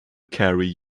carey